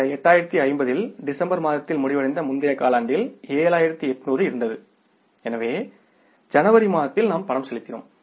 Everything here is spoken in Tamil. இந்த 8050 இல் டிசம்பர் மாதத்தில் முடிவடைந்த முந்தைய காலாண்டில் 7800 இருந்தது எனவே ஜனவரி மாதத்தில் நாம் ரொக்கம் செலுத்தினோம்